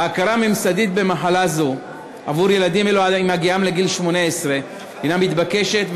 ההכרה הממסדית במחלה זו עבור ילדים אלה עד הגיעם לגיל 18 הנה מתבקשת,